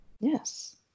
Yes